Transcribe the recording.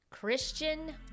Christian